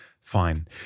Fine